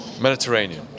Mediterranean